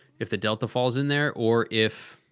if the delta falls in there. or if.